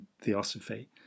theosophy